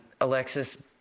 Alexis